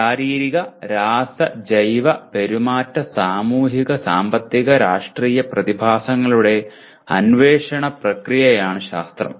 ശാരീരിക രാസ ജൈവ പെരുമാറ്റ സാമൂഹിക സാമ്പത്തിക രാഷ്ട്രീയ പ്രതിഭാസങ്ങളുടെ അന്വേഷണ പ്രക്രിയയാണ് ശാസ്ത്രം